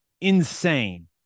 insane